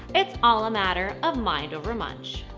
it's all a matter of mind over munch.